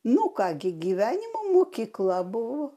nu ką gi gyvenimo mokykla buvo